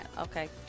okay